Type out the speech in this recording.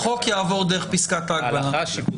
החוק יעבור דרך פסקת ההגבלה.